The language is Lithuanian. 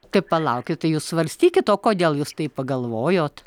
tai palaukit tai jūs svarstykit o kodėl jūs taip pagalvojot